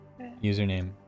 username